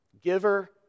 Giver